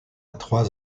trois